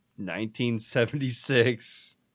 1976